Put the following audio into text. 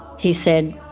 he said,